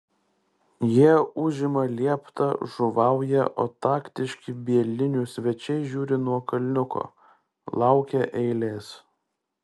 jie užima lieptą žuvauja o taktiški bielinių svečiai žiūri nuo kalniuko laukia eilės